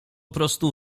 prostu